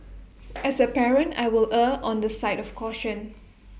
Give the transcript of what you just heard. as A parent I will err on the side of caution